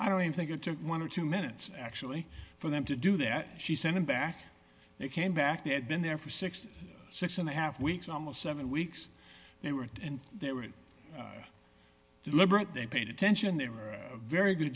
i don't think it took one or two minutes actually for them to do that she sent him back they came back they had been there for sixty six and a half weeks almost seven weeks they were in there were it deliberate they paid attention they were a very good